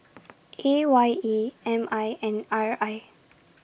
A Y E M I and R I